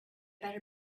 better